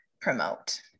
promote